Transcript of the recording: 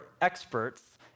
experts